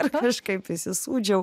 ir kažkaip įsisūdžiau